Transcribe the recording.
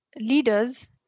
leaders